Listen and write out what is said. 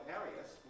areas